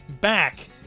back